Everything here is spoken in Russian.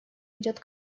идет